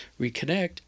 reconnect